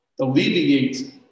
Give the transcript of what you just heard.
alleviate